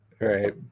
right